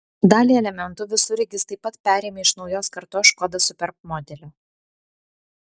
dalį elementų visureigis taip pat perėmė iš naujos kartos škoda superb modelio